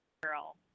girl